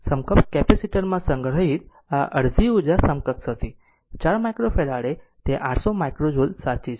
સમકક્ષ કેપેસિટર માં સંગ્રહિત આ અડધી ઉર્જા સમકક્ષ હતી 4 માઇક્રોફેરાડે તે 800 માઇક્રો જુલ સાચી છે